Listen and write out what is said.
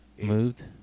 moved